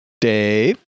Dave